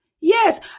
Yes